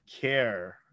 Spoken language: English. care